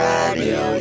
Radio